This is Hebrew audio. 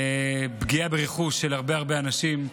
פגיעה ברכוש של הרבה הרבה אנשים.